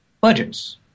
budgets